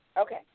Okay